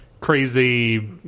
crazy